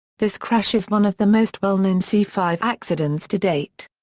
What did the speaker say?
this crash is one of the most well known c five accidents to date.